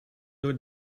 door